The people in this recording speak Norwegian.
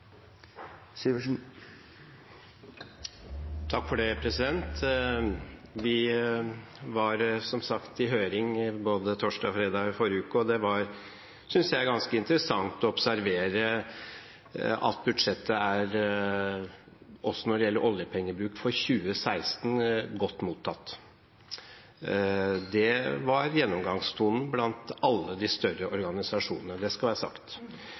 Vi var som sagt i høring både torsdag og fredag i forrige uke, og det var, synes jeg, ganske interessant å observere at budsjettet – også når det gjelder oljepengebruken for 2016 – er godt mottatt. Det var gjennomgangstonen blant alle de større organisasjonene, det skal være sagt.